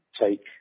take